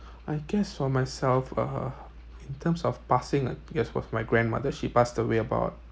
I guess for myself uh in terms of passing I guess was my grandmother she passed away about